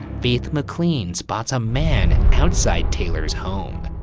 faith maclean spots a man outside taylor's home.